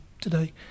today